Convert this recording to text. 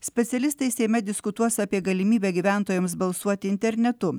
specialistai seime diskutuos apie galimybę gyventojams balsuoti internetu